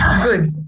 Good